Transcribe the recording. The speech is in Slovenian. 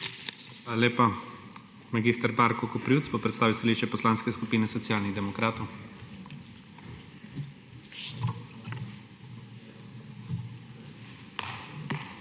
Hvala lepa. Mag. Marko Koprivc bo predstavil stališče Poslanske skupine Socialnih demokratov.